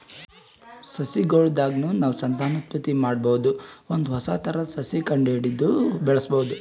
ಸಸಿಗೊಳ್ ದಾಗ್ನು ನಾವ್ ಸಂತಾನೋತ್ಪತ್ತಿ ಮಾಡಬಹುದ್ ಒಂದ್ ಹೊಸ ಥರದ್ ಸಸಿ ಕಂಡಹಿಡದು ಬೆಳ್ಸಬಹುದ್